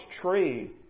tree